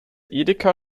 edeka